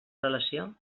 relació